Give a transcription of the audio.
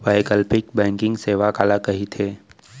वैकल्पिक बैंकिंग सेवा काला कहिथे?